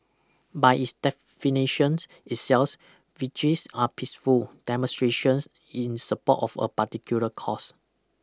by its definition itself vigils are peaceful demonstrations in support of a particular cause